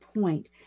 point